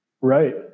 Right